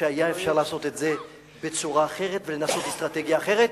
שאפשר היה לעשות את זה בצורה אחרת ולנסות אסטרטגיה אחרת,